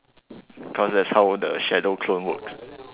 cause that's how the shadow clone works